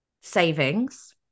savings